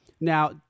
Now